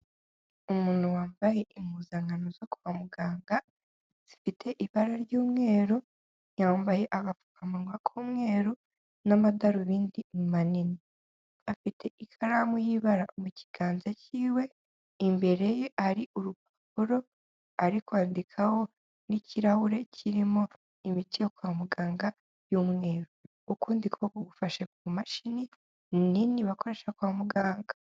Umuntu wambaye impuzankano zo kwa muganga, zifite ibara ry'umweru, yambaye agapfukamunwa k'umweru n'amadarubindi manini, afite ikaramu y'ibara mu kiganza cyiwe, imbere ye hari urupapuro ari kwandikaho, n'ikirahure kirimo imiti yo kwa muganga y'umweru, ukundi kuboko kugufashe ku mashini nini bakoresha kwa muganga.